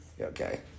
Okay